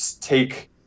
take